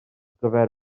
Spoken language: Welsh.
gyfer